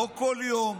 לא כל יום,